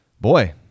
Boy